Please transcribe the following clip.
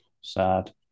Sad